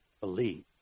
believe